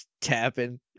tapping